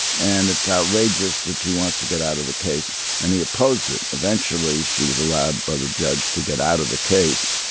and it's outrageous that she wants to get out of the case and he opposed it. eventually she was allowed by the judge to get out of the case.